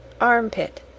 armpit